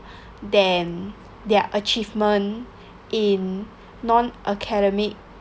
than their achievement in non academic